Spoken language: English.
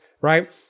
right